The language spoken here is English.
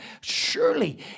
surely